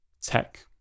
tech